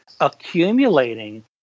accumulating